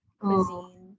Cuisine